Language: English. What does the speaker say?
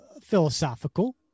philosophical